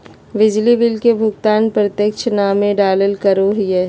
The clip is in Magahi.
बिजली बिल के भुगतान प्रत्यक्ष नामे डालाल करो हिय